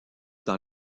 dans